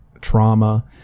trauma